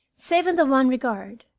save in the one regard.